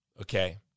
okay